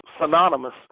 synonymous